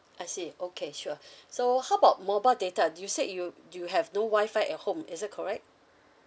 I see okay sure so how about mobile data d~ you say you you have no wi-fi at home is it correct